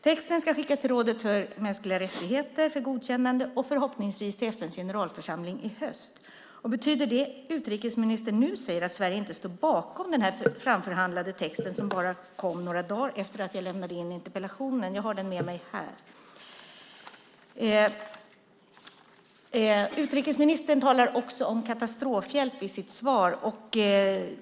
Texten ska skickas till rådet för mänskliga rättigheter för godkännande och förhoppningsvis till FN:s generalförsamling i höst. Betyder det som utrikesministern nu säger att Sverige inte står bakom den framförhandlade texten, som kom bara några dagar efter att jag lämnade in interpellationen? Jag har den med mig här i dag. Utrikesministern talar också om katastrofhjälp i sitt svar.